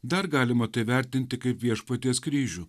dar galima tai vertinti kaip viešpaties kryžių